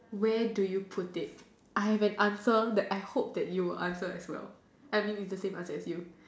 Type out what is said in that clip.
where do you put it I have an answer that I hope that you will answer as well I mean it's the same answer as you